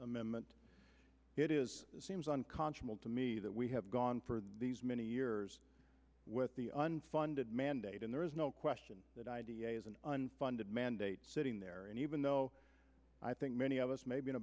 amendment seems unconscionable to me that we have gone for these many years with the unfunded mandate and there is no question that idea is an unfunded mandate sitting there and even though i think many of us may be in a